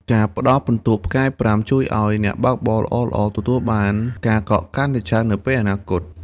ការផ្តល់ពិន្ទុផ្កាយ ៥ ជួយឱ្យអ្នកបើកបរល្អៗទទួលបានការកក់កាន់តែច្រើននៅពេលអនាគត។